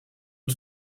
het